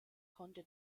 konnte